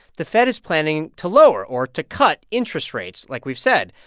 the fed is planning to lower or to cut interest rates, like we've said.